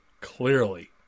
clearly